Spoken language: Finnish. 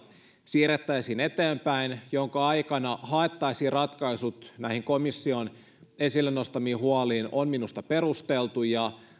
siirrettäisiin eteenpäin jona aikana haettaisiin ratkaisut komission esille nostamiin huoliin on minusta perusteltu ja